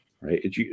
right